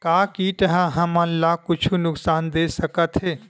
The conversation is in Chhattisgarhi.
का कीट ह हमन ला कुछु नुकसान दे सकत हे?